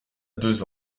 deux